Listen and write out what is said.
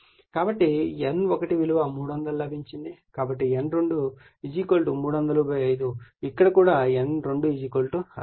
కాబట్టి N1 విలువ 300 లభించింది కాబట్టి N2 3005 ఇక్కడ నుండి కూడా N2 60 లభిస్తుంది